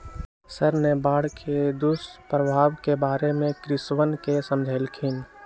sir ने बाढ़ के दुष्प्रभाव के बारे में कृषकवन के समझल खिन